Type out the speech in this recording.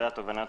התובנות